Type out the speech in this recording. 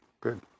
good